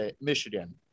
Michigan